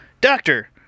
Doctor